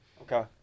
Okay